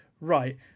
right